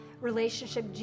relationship